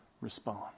respond